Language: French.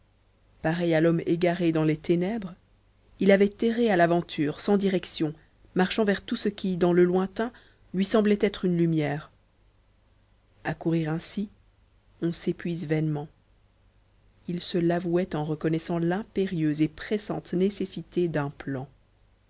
pareil à l'homme égaré dans les ténèbres il avait erré à l'aventure sans direction marchant vers tout ce qui dans le lointain lui semblait être une lumière à courir ainsi on s'épuise vainement il se l'avouait en reconnaissant l'impérieuse et pressante nécessité d'un plan